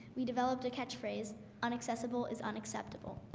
we developed a catchphrase unaccessible is unacceptable